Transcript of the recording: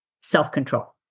self-control